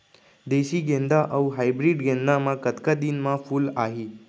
देसी गेंदा अऊ हाइब्रिड गेंदा म कतका दिन म फूल आही?